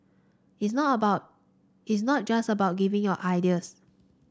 it's not about is not just about giving your ideas